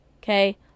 okay